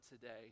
today